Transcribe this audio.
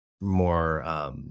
more